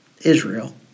Israel